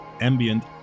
ambient